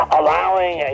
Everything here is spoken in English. allowing